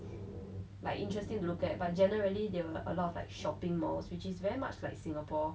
like interesting to look at but generally they were a lot of like shopping malls which is very much like singapore